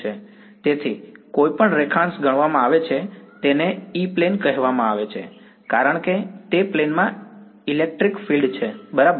તેથી કોઈપણ રેખાંશ ગણવામાં આવે છે તેને ઈ પ્લેન કહેવામાં આવે છે કારણ કે તે પ્લેન માં ઇલેક્ટ્રિક ફિલ્ડ છે બરાબર